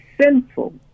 sinful